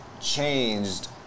changed